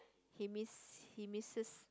he miss he misses